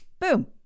Boom